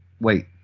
wait